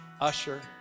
usher